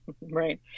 right